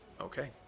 Okay